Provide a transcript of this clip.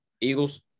Eagles